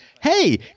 hey